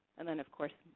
and then, of course,